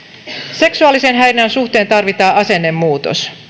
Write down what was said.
seksuaalisen häirinnän suhteen tarvitaan asennemuutos